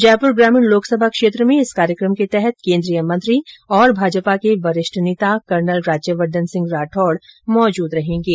जयप्र ग्रामीण लोकसभा क्षेत्र में इस कार्यक्रम के तहत केन्द्रीय मंत्री और भाजपा के वरिष्ठ नेता कर्नल राज्यवर्द्वन सिंह राठौड मौजूद रहेंगे